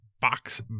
box